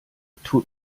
tut